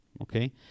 okay